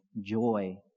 joy